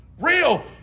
Real